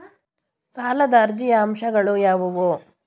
ಸಾಲದ ಅರ್ಜಿಯ ಅಂಶಗಳು ಯಾವುವು?